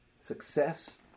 Success